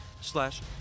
slash